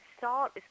salt